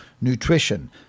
nutrition